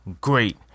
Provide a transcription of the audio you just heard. great